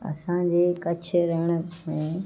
असांजे कच्छ रण में